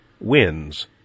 wins